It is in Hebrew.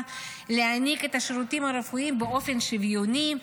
להעניק את השירותים הרפואיים באופן שוויוני,